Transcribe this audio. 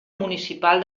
municipal